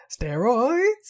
steroids